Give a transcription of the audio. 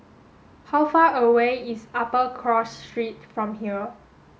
how far away is Upper Cross Street from here